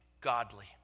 godly